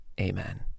amen